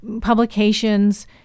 publications